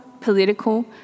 political